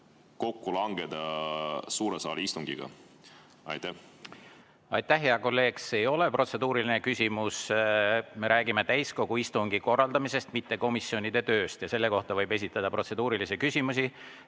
kokku langeda suure saali istungiga? Aitäh, hea kolleeg! See ei ole protseduuriline küsimus. Me räägime täiskogu istungi korraldamisest, mitte komisjonide tööst, ja selle kohta võib esitada protseduurilisi küsimusi.